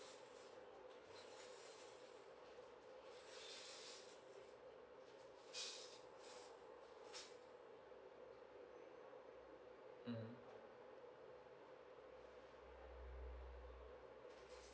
uh mm